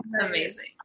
Amazing